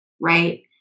right